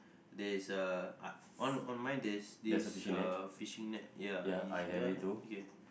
there is a uh on on mine there's this uh fishing net ya is ya okay